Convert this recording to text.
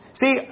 See